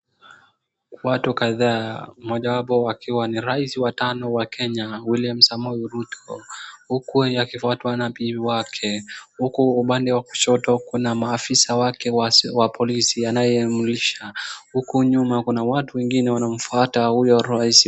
Watu kadhaa mojawapo akiwa ni rais watano wa Kenya Willima Samoei Ruto huku akifuatwa na bibi wake. Huku upande wa kushoto kuna maafisa wake wa polisi anayemlisha huku nyuma kuna watu wengine wanamfuata huyo rais.